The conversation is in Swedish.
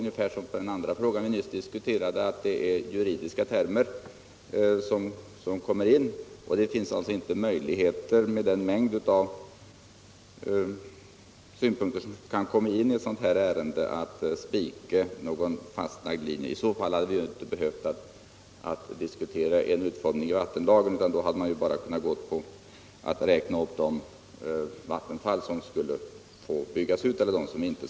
Liksom beträffande den fråga som vi tidigare diskuterade kommer juridiska termer in. Med den mängd synpunkter som kan föras fram i ett sådant här ärende är det inte möjligt att spika någon fastlagd linje. I så fall hade vi inte behövt diskutera utformningen av vattenlagen utan bara kunnat räkna upp de vattenfall som skulle få byggas ut eller inte.